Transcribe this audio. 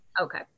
Okay